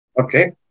Okay